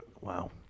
wow